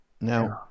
Now